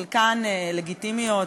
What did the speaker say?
חלקן לגיטימיות,